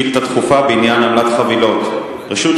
שאילתא דחופה בעניין עמלת חבילות: רשות